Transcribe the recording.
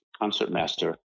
concertmaster